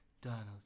Donald